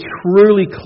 truly